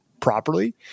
properly